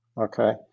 okay